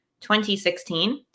2016